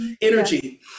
energy